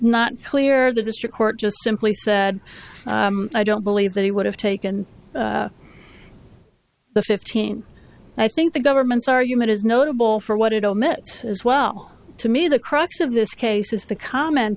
not clear the district court just simply said i don't believe that he would have taken the fifteen i think the government's argument is notable for what it omits as well to me the crux of this case is the comment